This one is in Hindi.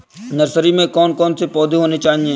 नर्सरी में कौन कौन से पौधे होने चाहिए?